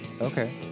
okay